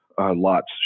lots